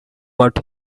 what